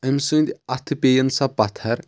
أمۍ سٕنٛد اتھہٕ پیٚیِن سا پتھر